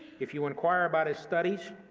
if you inquire about his studies,